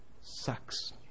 sucks